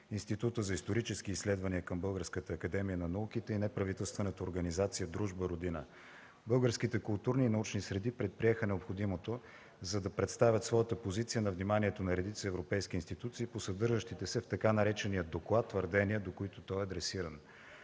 Института за исторически изследвания към Българската академия на науките и неправителствената организация Дружба „Родина”. Българските културни и научни среди предприеха необходимото, за да представят своята позиция на вниманието на редица европейски институции по съдържащите се в така наречения „доклад” твърдения, до които той е адресиран.